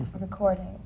recording